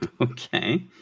Okay